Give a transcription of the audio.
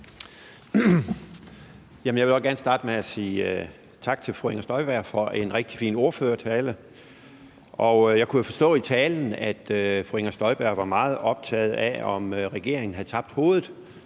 Jeg vil også gerne starte med at sige tak til fru Inger Støjberg for en rigtig fin ordførertale, og jeg kunne forstå på talen, at fru Inger Støjberg er meget optaget af, om regeringen havde tabt hovedet,